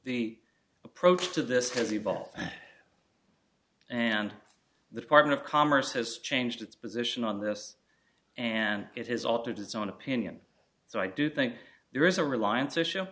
the approach to this has evolved and the department of commerce has changed its position on this and it has altered its own opinion so i do think there is a reliance issue